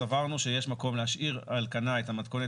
סברנו שיש מקום להשאיר על כנה את המתכונת